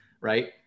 right